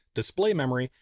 display memory,